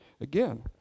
again